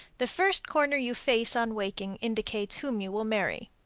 the first corner you face on waking indicates whom you will marry.